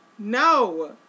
No